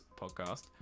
podcast